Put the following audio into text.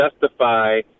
justify